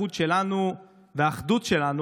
הייחוד שלנו והאחדות שלנו,